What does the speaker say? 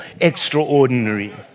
extraordinary